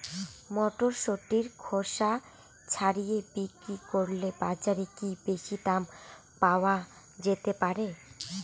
মটরশুটির খোসা ছাড়িয়ে বিক্রি করলে বাজারে কী বেশী দাম পাওয়া যেতে পারে?